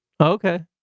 Okay